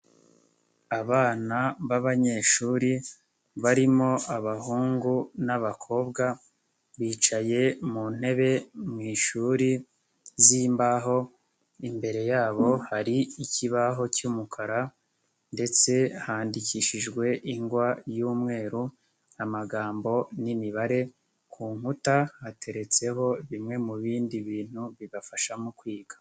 Abana b'abanyeshuri, barimo abahungu n'abakobwa, bicaye mu ntebe mu ishuri z'imbaho, imbere yabo hari ikibaho cy'umukara ndetse handikishijwe ingwa y'umweru, amagambo n'imibare, ku nkuta hateretseho bimwe mu bindi bintu bibafasha mu kwiga.